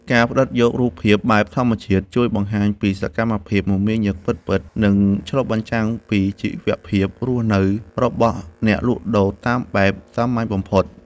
ការផ្ដិតយករូបភាពបែបធម្មជាតិជួយបង្ហាញពីសកម្មភាពមមាញឹកពិតៗ និង ឆ្លុះបញ្ចាំងពីជីវភាពរស់នៅរបស់អ្នកលក់ដូរតាមបែបសាមញ្ញបំផុត។